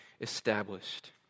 established